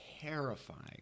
terrifying